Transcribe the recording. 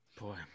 Boy